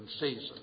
season